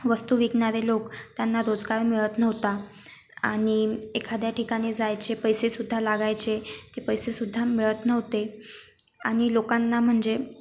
वस्तू विकणारे लोक त्यांना रोजगार मिळत नव्हता आणि एखाद्या ठिकाणी जायचे पैसेसुद्धा लागायचे ते पैसेसुद्धा मिळत नव्हते आणि लोकांना म्हणजे